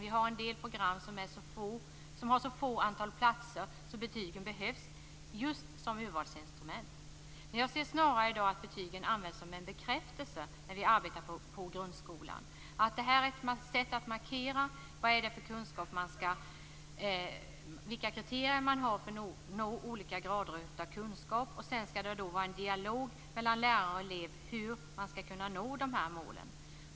Vi har en del program som har ett så litet antal platser att betygen behövs som urvalsinstrument. Jag ser snarare att betygen i dag används som en bekräftelse i grundskolan på de kriterier man har för olika grader av kunskap. Sedan skall det vara en dialog mellan lärare och elever om hur man skall kunna nå målen.